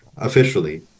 officially